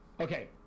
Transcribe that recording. Okay